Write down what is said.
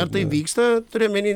ar tai vyksta turiu omeny